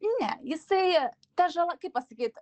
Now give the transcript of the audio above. ne jisai ta žala kaip pasakyt